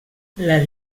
les